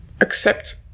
accept